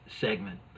segment